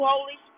Holy